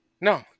No